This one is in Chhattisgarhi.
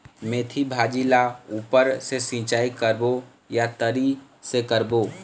मेंथी भाजी ला ऊपर से सिचाई करबो या तरी से करबो?